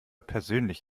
persönlich